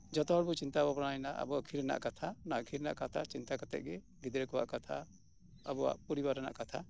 ᱡᱚᱛᱚ ᱦᱚᱲ ᱵᱚ ᱪᱤᱱᱛᱟᱹ ᱵᱷᱟᱵᱽᱱᱟᱭᱱᱟ ᱟᱵᱚ ᱟᱠᱷᱤᱨ ᱨᱮᱱᱟᱜ ᱠᱟᱛᱷᱟ ᱟᱠᱷᱤᱨ ᱨᱮᱱᱟᱜ ᱠᱟᱛᱷᱟ ᱪᱤᱱᱛᱟᱹ ᱠᱟᱛᱮᱜ ᱜᱮ ᱜᱤᱫᱽᱨᱟᱹ ᱠᱚᱣᱟᱜ ᱠᱟᱛᱷᱟ ᱟᱵᱚᱣᱟᱜ ᱯᱚᱨᱤᱵᱟᱨ ᱨᱮᱱᱟᱜ ᱠᱟᱛᱷᱟ